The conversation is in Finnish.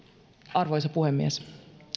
arvoisa puhemies